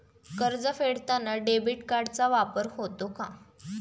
कर्ज फेडताना डेबिट कार्डचा वापर होतो का?